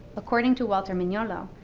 according to walter mignolo,